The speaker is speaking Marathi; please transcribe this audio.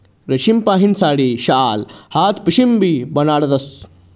रेशीमपाहीन साडी, शाल, हात पिशीबी बनाडतस